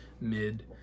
mid